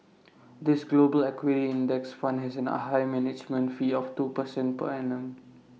this global equity index fund has A high management fee of two percent per annum